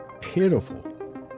pitiful